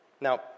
Now